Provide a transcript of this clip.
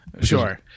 Sure